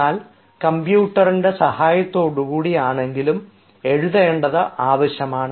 എന്നാൽ കമ്പ്യൂട്ടറിൻറെ സഹായത്തോടുകൂടി ആണെങ്കിലും എഴുതേണ്ടത് ആവശ്യമാണ്